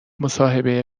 مصاحبه